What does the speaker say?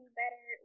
better